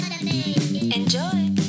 Enjoy